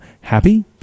happy